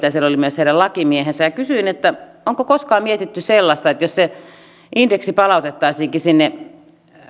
ja siellä oli myös heidän lakimiehensä ja kysyin että onko koskaan mietitty sellaista että jos se indeksi palautettaisiinkin sinne